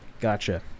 Gotcha